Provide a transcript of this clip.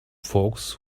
folks